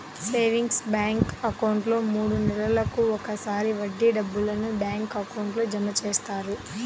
savings bank అకౌంట్లో మూడు నెలలకు ఒకసారి వడ్డీ డబ్బులను బ్యాంక్ అకౌంట్లో జమ చేస్తారు